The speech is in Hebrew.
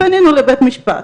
פנינו לבית משפט,